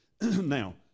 Now